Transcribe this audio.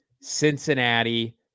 Cincinnati